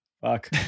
Fuck